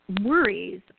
Worries